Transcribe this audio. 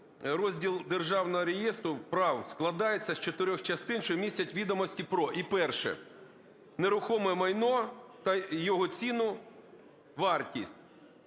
розділ державного реєстру прав складається з чотирьох частин, що містять відомості про… і перше – нерухоме майно, його ціну, вартість.